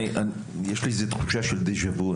יש לי איזה תחושה של דז'ה-וו.